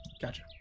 gotcha